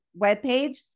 webpage